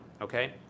okay